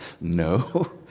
No